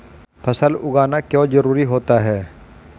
फसल उगाना क्यों जरूरी होता है?